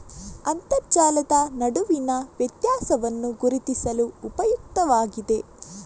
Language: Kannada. ಅಂತರ್ಜಲದ ನಡುವಿನ ವ್ಯತ್ಯಾಸವನ್ನು ಗುರುತಿಸಲು ಉಪಯುಕ್ತವಾಗಿದೆ